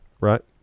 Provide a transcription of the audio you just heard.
Right